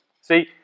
See